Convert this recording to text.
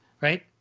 right